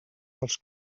dels